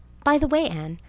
by the way, anne,